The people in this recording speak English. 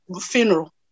funeral